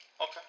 Okay